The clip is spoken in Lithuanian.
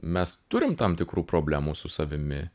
mes turim tam tikrų problemų su savimi